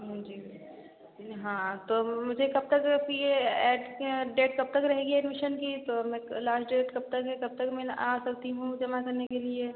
जी हाँ तो मुझे कब तक पी ए एट डेट कब तक रहेगी एडमिशन की तो मैं लास्ट डेट कब तक है कब तक मैं आ सकती हूँ जमा करने के लिए